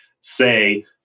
say